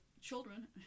children